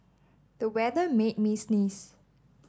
the weather made me sneeze